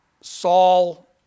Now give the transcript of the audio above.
Saul